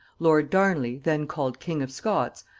lord darnley, then called king of scots,